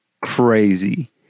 crazy